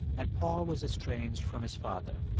and paul was estranged from his father.